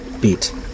Beat